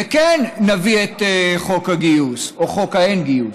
ונביא את חוק הגיוס, או חוק האין-גיוס.